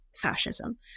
fascism